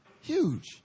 Huge